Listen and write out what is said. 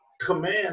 command